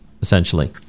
essentially